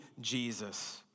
Jesus